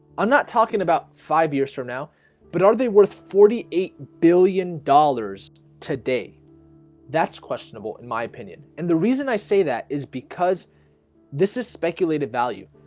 i'm not talking about five years from now but are they worth forty eight billion dollars today that's questionable in my opinion and the reason i say that is because this is speculative value.